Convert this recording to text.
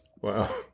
Wow